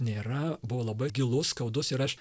nėra buvo labai gilus skaudus ir aš